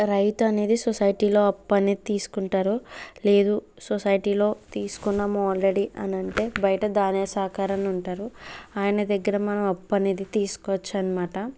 రైతు అనేది సొసైటీలో అప్పు అనేది తీసుకుంటారు లేదు సోసైటీలో తీసుకున్నాము ఆల్రెడీ అని అంటే బయట ధాన్య సహకారులు ఉంటారు ఆయన దగ్గర మనం అప్పు అనేది తీసుకోవచ్చన్నమాట